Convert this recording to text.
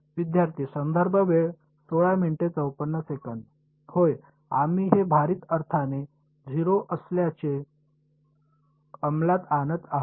विद्यार्थी होय आम्ही हे भारित अर्थाने 0 असल्याचे अंमलात आणत आहोत